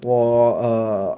我 err